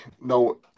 No